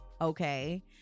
okay